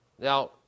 Now